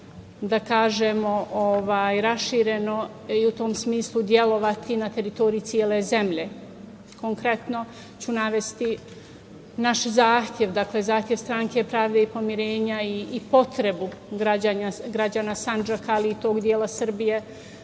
da kažemo rašireno i u tom smislu delovati na teritoriji cele zemlje. Konkretno ću navesti naš zahtev, dakle, zahtev stranke Pravde i pomirenja i potrebu građana Sandžaka, ali i tog dela Srbije